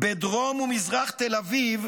בדרום ומזרח תל אביב